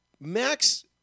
Max